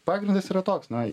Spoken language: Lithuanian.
pagrindas yra toks na